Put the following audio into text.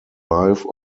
life